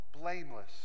blameless